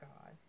God